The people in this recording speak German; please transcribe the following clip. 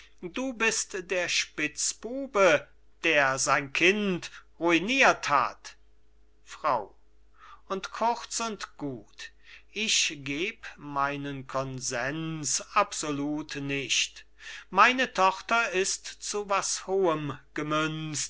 du bist der spitzbube der sein kind ruiniert hat frau und kurz und gut ich geb meinen consenz absolut nicht meine tochter ist zu was hohem gemünzt